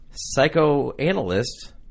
psychoanalyst